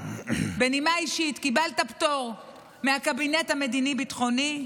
בנימה אישית, קיבלת פטור מהקבינט המדיני-בטחוני?